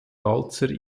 walzer